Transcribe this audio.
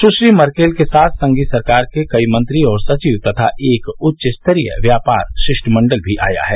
सुश्री Merkel के साथ संघीय सरकार के कई मंत्री और सचिव तथा एक उच्चस्तरीय व्यापार शिष्टमंडल भी आया है